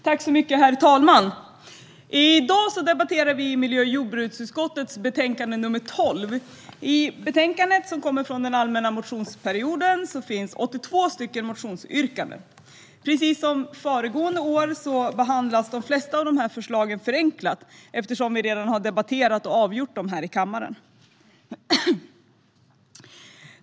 Herr talman! I dag debatterar vi miljö och jordbruksutskottets betänkande 12. I betänkandet, som kommer från den allmänna motionstiden, finns 82 motionsyrkanden. Precis som föregående år behandlas de flesta av dessa förslag förenklat eftersom vi redan har debatterat och avgjort dem här i kammaren.